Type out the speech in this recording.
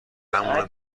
همونو